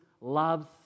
loves